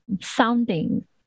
sounding